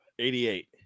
88